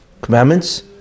commandments